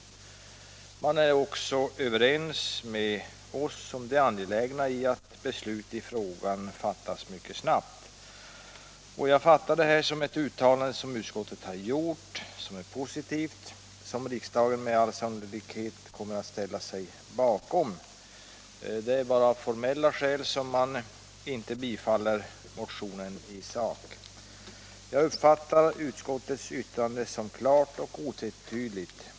Utskottet är också ense med oss om det angelägna i att beslut i frågan fattas mycket snabbt. Detta utskottets uttalande tycker jag är positivt, och riksdagen kommer med all sannolikhet också att ställa sig bakom det. Det är bara av formella skäl som utskottet inte har tillstyrkt motionen i sak. Jag uppfattar utskottets uttalande som klart och otvetydigt.